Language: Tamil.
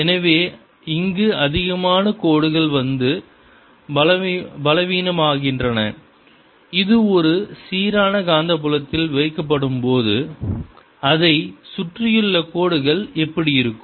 எனவே இங்கு அதிகமான கோடுகள் வந்து பலவீனமாகின்றன இது ஒரு சீரான காந்தப்புலத்தில் வைக்கப்படும்போது அதைச் சுற்றியுள்ள கோடுகள் எப்படி இருக்கும்